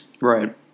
Right